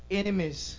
enemies